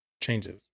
Changes